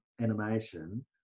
animation